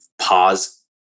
pause